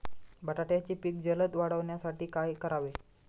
बटाट्याचे पीक जलद वाढवण्यासाठी काय करावे?